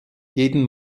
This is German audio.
jeden